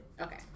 Okay